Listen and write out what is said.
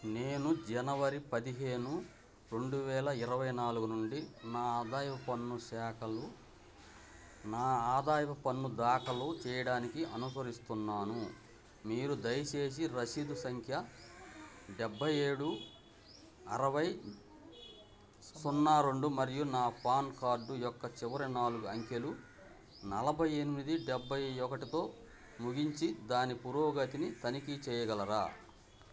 నేను జనవరి పదిహేను రెండువేల ఇరవై నాలుగు నుండి నా ఆదాయపు పన్ను శాఖలు నా ఆదాయపు పన్ను దాఖలు చేయడానికి అనుసరిస్తున్నాను మీరు దయచేసి రసీదు సంఖ్య డెబ్బై ఏడు అరవై సున్నా రెండు మరియు నా పాన్ కార్డు యొక్క చివరి నాలుగు అంకెలు నలభై ఎనిమిది డెబ్బై ఒకటితో ముగించి దాని పురోగతిని తనిఖీ చేయగలరా